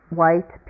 white